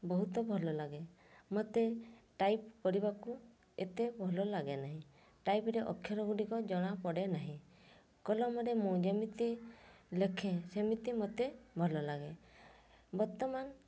ବହୁତ ଭଲ ଲାଗେ ମୋତେ ଟାଇପ୍ କରିବାକୁ ଏତେ ଭଲ ଲାଗେ ନାହିଁ ଟାଇପ୍ରେ ଅକ୍ଷର ଗୁଡ଼ିକ ଜଣା ପଡ଼େନାହିଁ କଲମରେ ମୁଁ ଯେମିତି ଲେଖେ ସେମିତି ମୋତେ ଭଲଲାଗେ ବର୍ତ୍ତମାନ